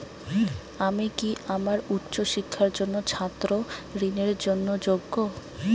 আমি কি আমার উচ্চ শিক্ষার জন্য ছাত্র ঋণের জন্য যোগ্য?